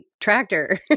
tractor